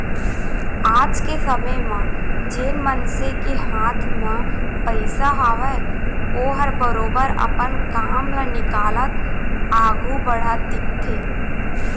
आज के समे म जेन मनसे के हाथ म पइसा हावय ओहर बरोबर अपन काम ल निकालत आघू बढ़त दिखथे